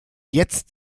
jetzt